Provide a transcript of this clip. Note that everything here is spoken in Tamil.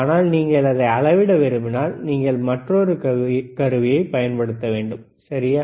ஆனால் நீங்கள் அதை அளவிட விரும்பினால் நீங்கள் மற்றொரு கருவியைப் பயன்படுத்த வேண்டும் சரியா